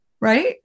right